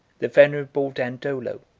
the venerable dandolo,